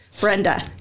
Brenda